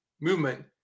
movement